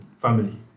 family